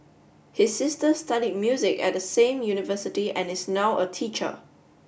his sister study music at the same university and is now a teacher